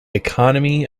economy